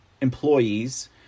employees